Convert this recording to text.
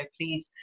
please